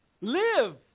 Live